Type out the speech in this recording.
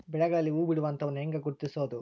ಬೆಳೆಗಳಲ್ಲಿ ಹೂಬಿಡುವ ಹಂತವನ್ನು ಹೆಂಗ ಗುರ್ತಿಸಬೊದು?